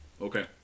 Okay